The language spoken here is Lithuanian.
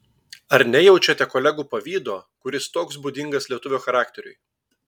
ar nejaučiate kolegų pavydo kuris toks būdingas lietuvio charakteriui